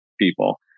people